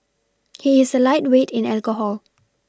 he is a lightweight in alcohol